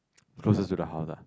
closest to the house ah